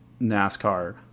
NASCAR